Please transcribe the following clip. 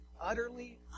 utterly